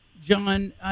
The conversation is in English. John